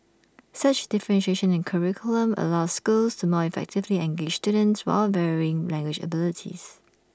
such differentiation in curriculum allows schools to more effectively engage students with varying language abilities